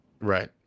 Right